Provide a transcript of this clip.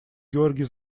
георгий